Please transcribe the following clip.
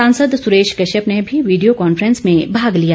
सांसद सुरेश कश्यप ने भी वीडियो कांफ्रेंस में भाग लिया